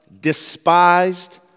despised